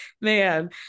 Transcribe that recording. man